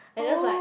I just like